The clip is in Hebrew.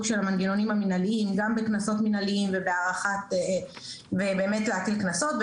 של המנגנונים המנהליים גם בקנסות מנהליים ובאמת להטיל קנסות,